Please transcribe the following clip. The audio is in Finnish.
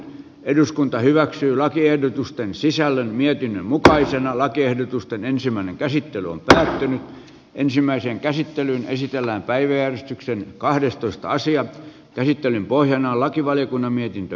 eduskunta hyväksyy lakiehdotusten sisällön mietinnön mukaisena lakiehdotusten ensimmäinen käsittely on täytynyt ensimmäiseen käsittelyyn esitellään päiväjärjestykseen kahdestoista asian käsittelyn pohjana on lakivaliokunnan mietintö